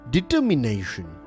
Determination